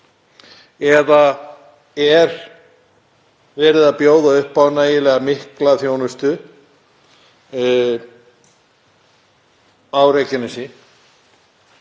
er verið að bjóða upp á nægilega mikla þjónustu á Reykjanesi